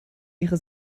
ihre